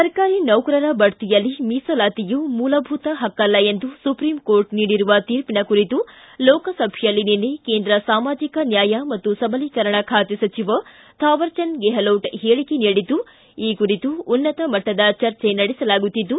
ಸರ್ಕಾರಿ ನೌಕರರ ಬಡ್ತಿಯಲ್ಲಿ ಮೀಸಲಾತಿಯೂ ಮೂಲಭೂತ ಹಕ್ಕಲ್ಲ ಎಂದು ಸುಪ್ರೀಂಕೋರ್ಟ್ ನೀಡಿರುವ ತೀರ್ಪಿನ ಕುರಿತು ಲೋಕಸಭೆಯಲ್ಲಿ ನಿನ್ನೆ ಕೇಂದ್ರ ಸಾಮಾಜಿಕ ನ್ಯಾಯ ಮತ್ತು ಸಬಲೀಕರಣ ಖಾತೆ ಸಚಿವ ಥಾವರಚಂದ ಗೆಹ್ಲೋಟ್ ಹೇಳಿಕೆ ನೀಡಿದ್ಲು ಈ ಕುರಿತು ಉನ್ನತಮಟ್ಟದ ಚರ್ಚೆ ನಡೆಸಲಾಗುತ್ತಿದ್ದು